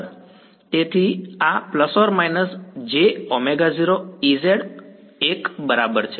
તેથી આ ± jω0Ez l બરાબર હશે